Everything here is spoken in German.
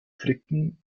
flicken